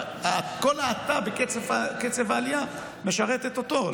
כל האטה בקצב העלייה משרתת אותו,